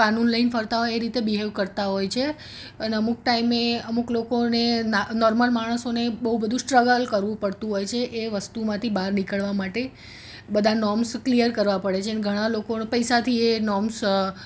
કાનૂન લઈને ફરતા હોય એ રીતે બિહેવ કરતા હોય છે અને અમુક ટાઈમે અમુક લોકોને ના નોર્મલ માણસોને બહુ બધું સ્ટ્રગલ કરવું પડતું હોય છે એ વસ્તુમાંથી બહાર નીકળવા માટે બધા નોમસ ક્લિયર કરવા પડે છે ઘણા લોકો પૈસાથી એ નોમસ